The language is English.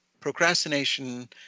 procrastination